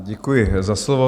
Děkuji za slovo.